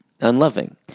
unloving